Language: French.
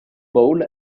bowl